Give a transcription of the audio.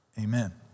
amen